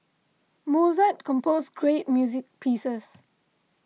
Mozart composed great music pieces